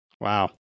wow